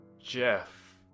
Jeff